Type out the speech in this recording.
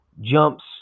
jumps